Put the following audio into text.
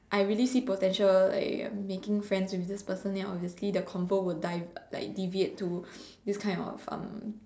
I really see potential like um making friends with this person then obviously the convo would dive like deviate to this kind of um